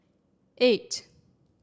eight